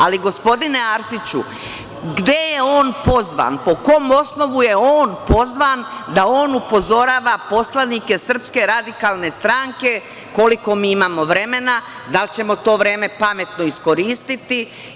Ali, gospodine Arsiću, gde je on pozvan, po kom osnovu je on pozvan da on upozorava poslanike SRS koliko mi imamo vremena, da li ćemo to vreme pametno iskoristiti?